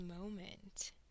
moment